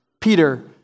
Peter